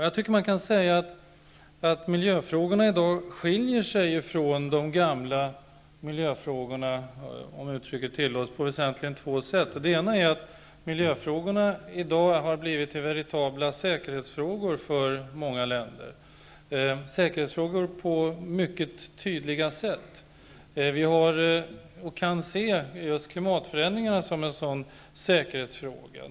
Jag tycker att man kan säga att miljöfrågorna i dag skiljer sig från de gamla miljöfrågorna, om uttrycket tillåts, på väsentligen två sätt. Det ena är att miljöfrågorna på ett mycket tydligt sätt blivit veritabla säkerhetsfrågor för många länder. Klimatförändringarna är en sådan säkerhetsfråga.